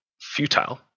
futile